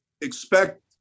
expect